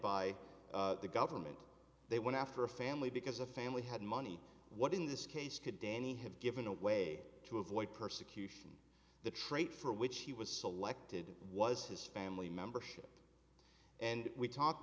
by the government they went after a family because a family had money what in this case could danny have given a way to avoid persecution the trait for which he was selected was his family membership and we talked